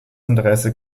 interesse